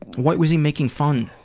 what was he making fun?